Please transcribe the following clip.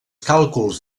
càlculs